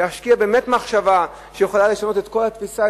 להשקיע באמת מחשבה שיכולה לשנות את כל התפיסה,